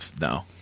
no